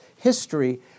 history